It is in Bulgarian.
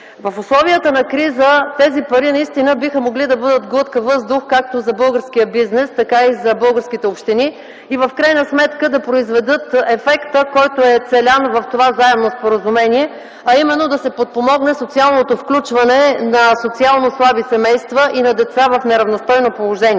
В условията на криза тези пари биха могли да бъдат глътка въздух, както за българския бизнес, така и за българските общини и в крайна сметка да произведат ефекта, който се цели в това Заемно споразумение, а именно да се подпомогне социалното включване на социално слаби семейства и на деца в неравностойна положение.